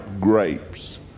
grapes